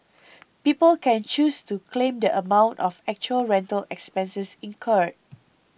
people can choose to claim the amount of actual rental expenses incurred